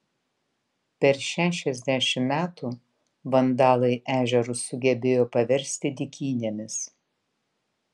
per šešiasdešimt metų vandalai ežerus sugebėjo paversti dykynėmis